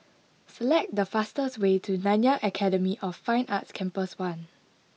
select the fastest way to Nanyang Academy of Fine Arts Campus one